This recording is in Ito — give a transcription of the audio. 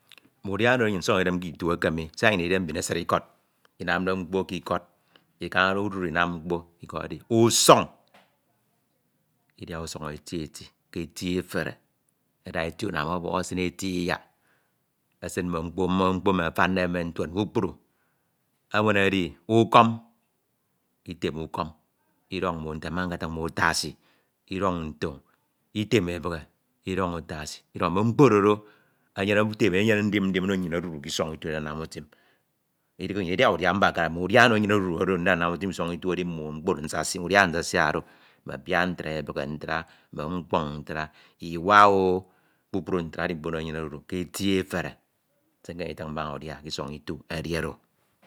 mme udia onode nnyin Isọñ Idem ke Itu eke mi siak nnyin Idide mbin esid Ikọd, Inamde mkpo k’ikod Ikamade odudu Inam mkpo edi usuñ, Idia usuñ eti eti ke eti efere, ada eti unam ọbọk, esin eti Iyak, esin mme mkpo, mme mkpo emi afande, ntuen kpukpru, ewen edi ukọn Itun ukọm Idọñ nte mmakatafiñ utasi Idọñ ntoñ, Item ebihe Idọñ utasi, mme mkpo oro ndo do edide owu Item enyene ndim ndim ono nnyin odudu k’isọñ Itu ndida nnam utim, ldihe, nnyin ldiaha udia mbakara, mme udia onode nnyin odudu ndida nnam utim Isọñ Itu edi udia mme udi oro nsa siak do, bia ntra, ebihe ntra edi mkpo onode nnyin odudu ke eti efere se nkemede ndifiñ mbaña udia k’Isọñ Itu edi oro.